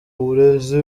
uburezi